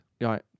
Right